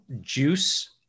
juice